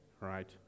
Right